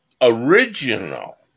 original